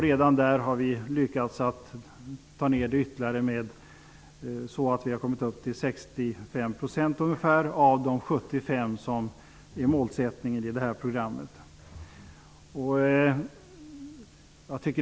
Redan i den andra omgången har vi lyckats nå 65 % av de 75 % som är målsättningen i detta program.